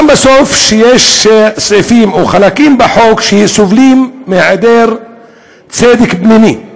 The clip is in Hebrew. גם בסוף יש סעיפים או חלקים בחוק שסובלים מהיעדר צדק פנימי,